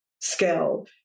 skill